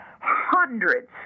hundreds